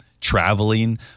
traveling